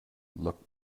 look